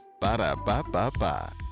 Ba-da-ba-ba-ba